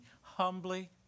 humbly